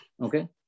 Okay